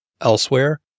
elsewhere